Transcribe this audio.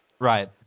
Right